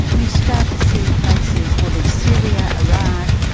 you start to see places, well there's syria, iraq,